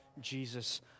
Jesus